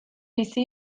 bizi